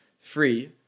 free